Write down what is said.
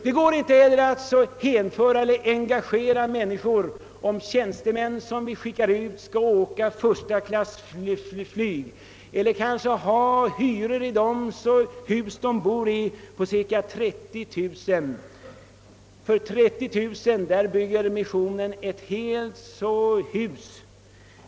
Det går inte heller att hänföra och engagera människor, om tjänstemän som vi skickar ut skall åka första klass med flyg eller betala hyror i de hus som de bor i med 30000 kronor. För 30 000 kronor bygger missionen ett helt hus.